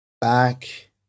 back